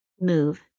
move